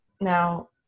now